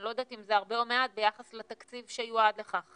אני לא יודעת אם זה הרבה או מעט ביחס לתקציב שיועדו לכך.